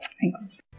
Thanks